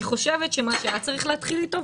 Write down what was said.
אני חושבת שמה שהיה צריך להתחיל אתו,